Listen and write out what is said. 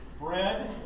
Bread